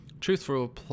Truthful